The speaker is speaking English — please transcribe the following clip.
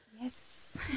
Yes